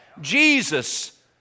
Jesus